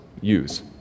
use